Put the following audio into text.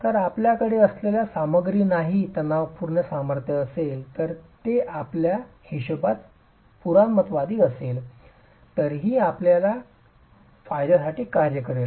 तर आपल्याकडे असलेल्या सामग्रीमध्ये काही तणावपूर्ण सामर्थ्य असेल तर ते आपल्या हिशोबात पुराणमतवादी असले तरीही आपल्या फायद्यासाठी कार्य करेल